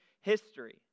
history